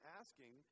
asking